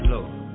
Lord